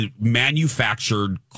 manufactured